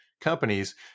companies